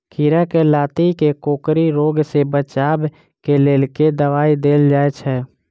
खीरा केँ लाती केँ कोकरी रोग सऽ बचाब केँ लेल केँ दवाई देल जाय छैय?